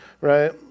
right